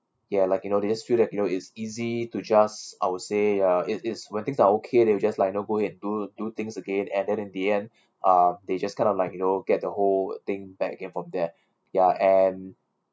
ya like you know they just feel that you know is easy to just I would say uh it is when things are okay they will just like you know go and do do things again and then in the end uh they just kind of like you know get the whole thing back again from there ya and